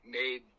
made